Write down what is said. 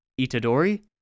Itadori